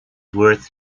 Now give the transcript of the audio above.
worth